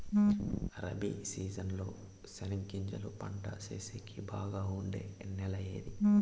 Rabi season లో చెనగగింజలు పంట సేసేకి బాగా ఉండే నెల ఏది?